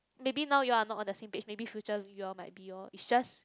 maybe now you all are not on the same page maybe future you all might be lor it's just